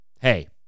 hey